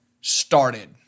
started